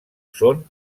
són